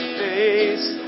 face